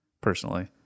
personally